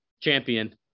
champion